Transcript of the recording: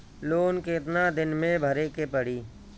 Loan कितना दिन मे भरे के पड़ी?